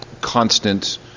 constant